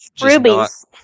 rubies